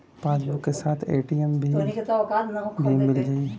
Passbook के साथ ATM भी मील जाई?